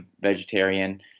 vegetarian